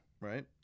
Right